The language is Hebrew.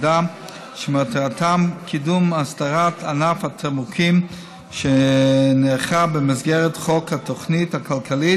שמטרתם קידום אסדרת ענף התמרוקים שנערכה במסגרת חוק התוכנית הכלכלית